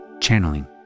channeling